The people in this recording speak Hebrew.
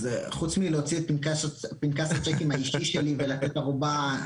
אז חוץ מלהוציא את פנקס הצ'קים האישי שלי ולתת ערובה,